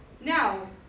Now